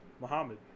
Muhammad